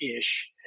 ish